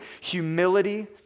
humility